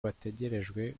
bategerejwe